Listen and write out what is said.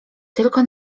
tylko